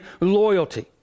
loyalty